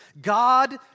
God